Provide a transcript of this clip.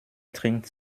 trinkt